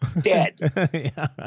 dead